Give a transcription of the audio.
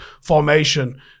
formation